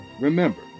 remember